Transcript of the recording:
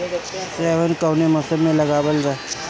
Soybean कौने मौसम में लगावल जा?